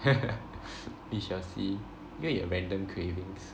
we shall see you and your random cravings